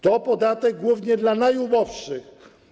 To podatek głównie dla najuboższych.